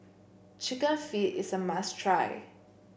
chicken feet is a must try